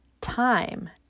time